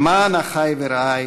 למען אחי ורעי